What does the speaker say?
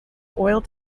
oil